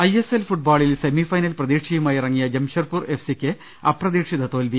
ISL ഫുട്ബാളിൽ semifinal പ്രതീക്ഷ യുമായിറങ്ങിയ ജംഷഡ്പൂർ എഫ്സിക്ക് അപ്രതീക്ഷിത തോൽവി